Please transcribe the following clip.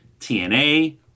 TNA